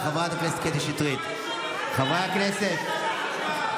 חברת הכנסת קטי שטרית, קריאה שנייה.